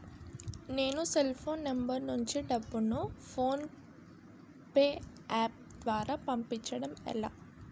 నేను cell phone number నుంచి డబ్బును ను ఫోన్పే అప్ ద్వారా పంపించడం ఎలా?